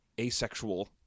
asexual